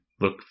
look